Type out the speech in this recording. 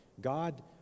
God